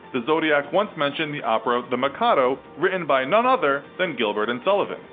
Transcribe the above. the zodiac once mentioned the opera the mikado, written by none other than gilbert and sullivan.